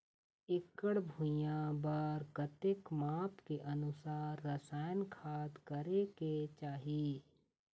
एकड़ भुइयां बार कतेक माप के अनुसार रसायन खाद करें के चाही?